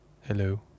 Hello